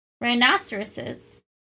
Rhinoceroses